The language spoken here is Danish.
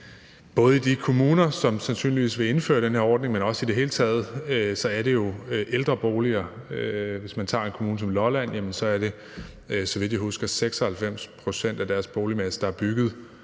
både i de kommuner, som sandsynligvis vil indføre den her ordning, men også i det hele taget, er jo ældre boliger. Hvis man tager en kommune som Lolland, er det, så vidt jeg husker, 96 pct. af deres boligmasse, der er bygget